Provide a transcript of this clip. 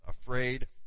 afraid